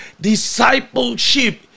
discipleship